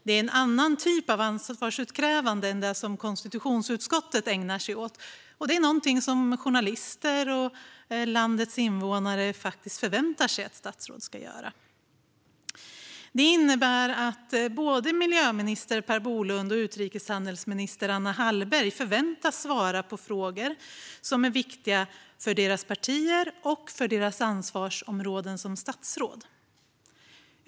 Det är en annan typ av ansvarsutkrävande än det som konstitutionsutskottet ägnar sig åt. Detta är något som journalister och landets invånare faktiskt förväntar sig att statsråd ska göra. Det innebär att både miljöminister Per Bolund och utrikeshandelsminister Anna Hallberg förväntas svara på frågor som är viktiga för deras partier och för deras ansvarsområden som statsråd.